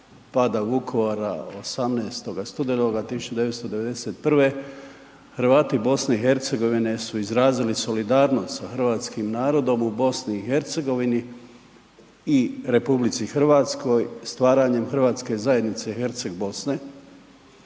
pada Vukovara 18. studenoga 1991. Hrvati BiH su izrazili solidarnost sa hrvatskim narodom u BiH i RH stvaranjem hrvatske zajednice Herceg Bosne